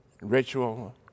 ritual